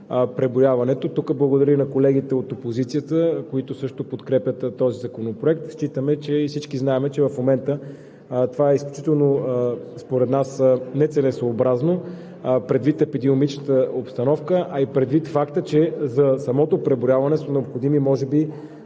преброяването. Тук благодаря и на колегите от опозицията, които също подкрепят този законопроект. Всички знаем, че в момента това е изключително нецелесъобразно, предвид епидемиологичната обстановка, а и предвид факта, че за самото преброяване са необходими по